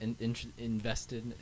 invested